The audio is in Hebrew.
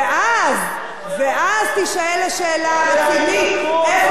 ואז, ואז תישאל השאלה הרצינית: איפה הדמוקרטיה?